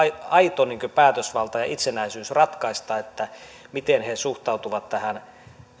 aito päätösvalta ja itsenäisyys ratkaista miten he suhtautuvat tähän